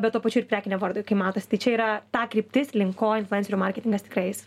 bet tuo pačiu ir prekiniam vardo kai matosi tai čia yra ta kryptis link ko influencerių marketingas tikrai eis